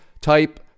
type